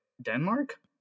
Denmark